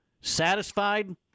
satisfied